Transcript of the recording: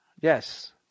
Yes